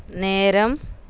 நேரம்